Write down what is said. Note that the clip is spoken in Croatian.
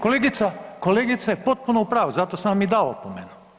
Kolegica je potpuno u pravu, zato sam vam i dao opomenu.